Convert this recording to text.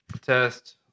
test